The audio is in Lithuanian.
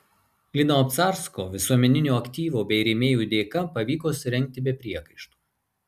lino obcarsko visuomeninio aktyvo bei rėmėjų dėka pavyko surengti be priekaištų